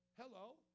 Hello